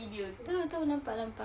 tahu tahu nampak nampak